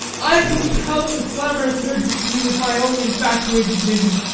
i compelled the clamorous herd to see you with my own infatuated vision.